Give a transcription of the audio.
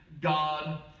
God